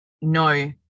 no